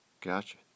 Gotcha